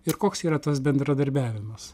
ir koks yra tas bendradarbiavimas